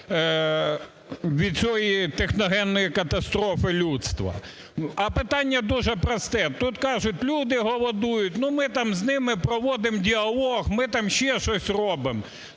від цієї техногенної катастрофи людство. А питання дуже просте. Тут, кажуть, люди голодують, ну, "ми там з ними проводимо діалог, ми там ще щось